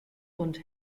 und